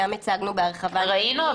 אני יודע דבר אחד.